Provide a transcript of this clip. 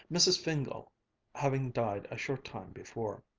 mrs. fingal having died a short time before.